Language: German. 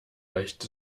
reicht